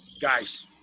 guys